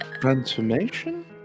transformation